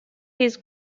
his